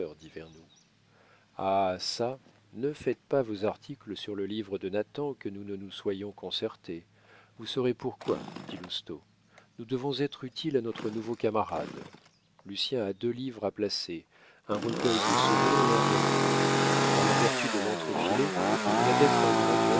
dit vernou ah çà ne faites pas vos articles sur le livre de nathan que nous ne nous soyons concertés vous saurez pourquoi dit lousteau nous devons être utiles à notre nouveau camarade lucien a deux livres à placer un recueil de sonnets et un roman par la vertu de lentre filet il doit être un grand